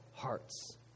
hearts